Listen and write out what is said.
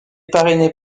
parrainé